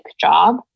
job